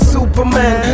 Superman